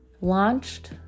launched